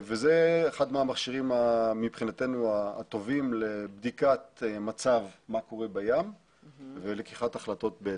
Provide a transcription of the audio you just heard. זה אחד המכשירים הטובים מבחינתנו לבדיקת מצב הים ולקיחת החלטות בהתאם.